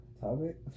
topic